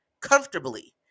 comfortably